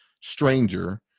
stranger